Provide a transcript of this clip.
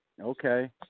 Okay